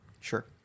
Sure